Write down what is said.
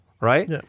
right